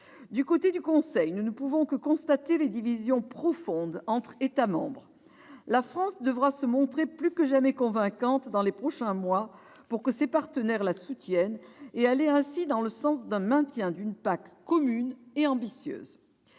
Du côté du Conseil, nous ne pouvons que constater des divisions profondes entre États membres. La France devra se montrer plus que jamais convaincante dans les prochains mois pour que ses partenaires la soutiennent, afin d'aller dans le sens du maintien d'une PAC commune et ambitieuse.